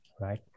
right